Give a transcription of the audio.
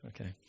Okay